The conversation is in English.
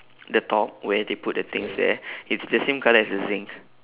the top where they put the things there it's the same colour as the zinc